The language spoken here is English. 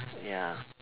ya